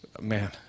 man